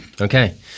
Okay